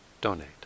donate